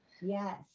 Yes